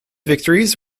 victories